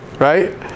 Right